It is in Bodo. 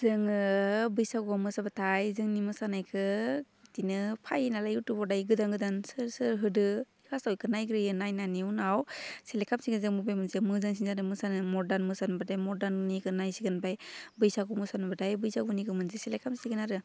जोङो बैसागुआव मोसाबाथाय जोंनि मोसानायखौ बिदिनो फैयो नालाय इउटुबाव दायो गोदान गोदान सोर सोर होदों फार्स्टआव बेखौ नायग्रोयो नायनायनि उनाव सेलेक्ट खालामसिगोन जों बबे मोनसेया मोजांसिन जादों मोसानो मदार्न मोसानोबाथाय मदार्ननिखौ नायसिगोन ओमफ्राय बैसागु मोसानोबाथाय बैसागुनिखौ मोनसे सेलेक्ट खालामसिगोन आरो